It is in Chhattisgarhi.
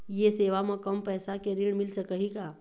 ये सेवा म कम पैसा के ऋण मिल सकही का?